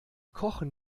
kochen